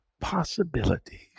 possibilities